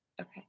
okay